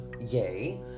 yay